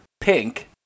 Pink